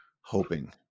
hoping